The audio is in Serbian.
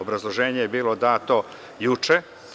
Obrazloženje je bilo dato juče.